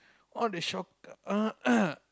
or the shock